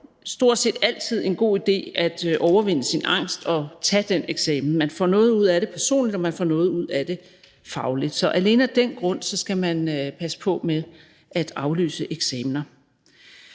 er det stort set altid en god idé at overvinde sin angst og tage den eksamen. Man får noget ud af det personligt, og man får noget ud af det fagligt. Så alene af den grund skal man passe på med at aflyse eksamener.